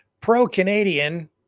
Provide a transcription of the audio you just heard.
pro-Canadian